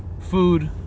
food